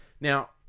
Now